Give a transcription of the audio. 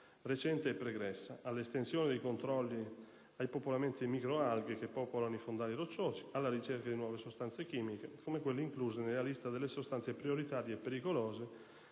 recente e pregressa, alla estensione dei controlli ai popolamenti di macroalghe che popolano i fondali rocciosi, alla ricerca di nuove sostanze chimiche, come quelle incluse nella lista delle sostanze prioritarie e pericolose